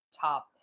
top